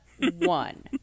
one